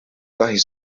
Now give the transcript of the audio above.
kahju